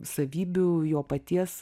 savybių jo paties